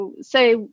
say